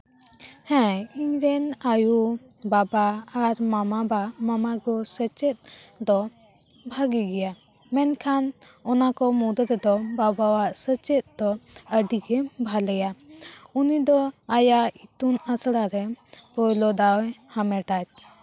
ᱦᱮᱸ ᱤᱧ ᱨᱮᱱ ᱟᱭᱩ ᱵᱟᱵᱟ ᱟᱨ ᱢᱟᱢᱟᱵᱟ ᱢᱟᱢᱟᱜᱚ ᱥᱮᱪᱮᱫ ᱫᱚ ᱵᱷᱟᱹᱜᱤ ᱜᱮᱭᱟ ᱢᱮᱱᱠᱷᱟᱱ ᱚᱱᱟ ᱠᱚ ᱢᱩᱫᱽ ᱨᱮᱫᱚ ᱵᱟᱵᱟᱣᱟᱜ ᱥᱮᱪᱮᱫ ᱫᱚ ᱟᱹᱰᱤᱜᱮ ᱵᱷᱟᱞᱮᱭᱟ ᱩᱱᱤ ᱫᱚ ᱟᱭᱟᱜ ᱤᱛᱩᱱ ᱟᱥᱲᱟᱨᱮ ᱯᱳᱭᱞᱳ ᱫᱟᱣ ᱮ ᱦᱟᱢᱮᱴᱟᱭ